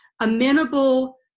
amenable